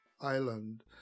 island